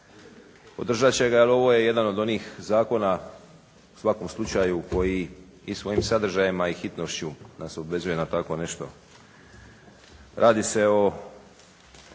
podržat će ga jel ovo je jedan od onih zakona u svakom slučaju koji i svojim sadržajem, a i hitnošću nas obvezuje na tako nešto. Radi se o